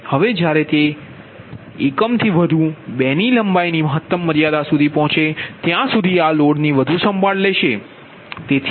હવે જ્યારે તે એકમથી વધુ બે ની લંબાઈની મહત્તમ મર્યાદા સુધી પહોંચે ત્યાં સુધી આ લોડની વધુ સંભાળ લેશે